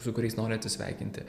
su kuriais nori atsisveikinti